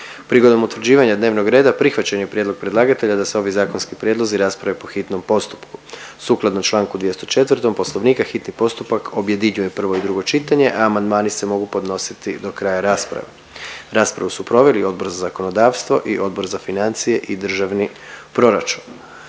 Prigodom utvrđivanja dnevnog reda, prihvaćen je prijedlog predlagatelja da se ovi zakonski prijedlozi rasprave po hitnom postupku. Sukladno čl. 204. Poslovnika, hitni postupak objedinjuje prvo i drugo čitanje, a amandmani se mog podnositi do kraja rasprave. Raspravu su proveli Odbor za zakonodavstvo i Odbor za financije i državni proračun.